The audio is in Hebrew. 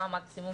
מה המקסימום?